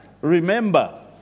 remember